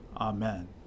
Amen